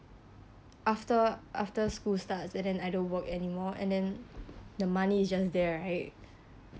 after after school starts and then I don't work anymore and then the money is just there right